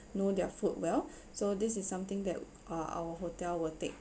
know their food well so this is something that uh our hotel will take